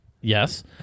Yes